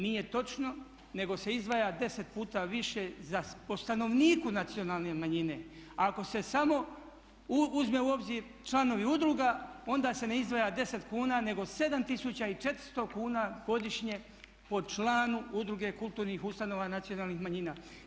Nije točno, nego se izdvaja 10 puta više po stanovniku nacionalne manjine ako se samo uzme u obzir članovi udruga onda se ne izdvaja 10 kuna nego 7 tisuća i 400 kuna godišnje po članu udruge kulturnih ustanova nacionalnih manjina.